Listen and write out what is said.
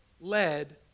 led